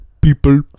People